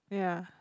ya